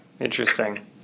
interesting